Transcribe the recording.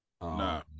nah